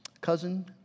cousin